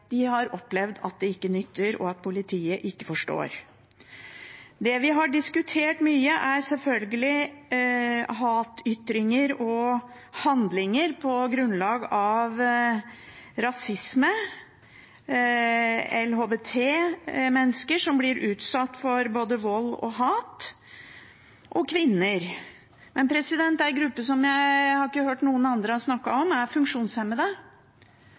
de har opplevd at det ikke nytter, og at politiet ikke forstår. Det vi har diskutert mye, er selvfølgelig hatytringer og handlinger på grunnlag av rasisme, LHBT-mennesker som blir utsatt for både vold og hat, og også kvinner. Men én gruppe jeg ikke har hørt noen andre snakke om, er funksjonshemmede.